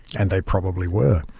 and they probably were.